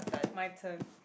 my turn